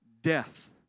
Death